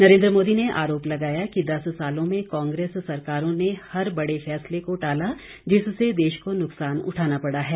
नरेंद्र मोदी ने आरोप लगाया कि दस सालों में कांग्रेस सरकारों ने हर बड़े फैसलों को टाला जिससे देश को नुक्सान उठाना पड़ा है